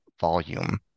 volume